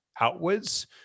outwards